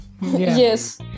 yes